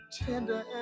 Tender